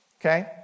Okay